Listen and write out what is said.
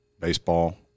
baseball